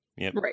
Right